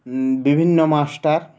বিভিন্ন মাস্টার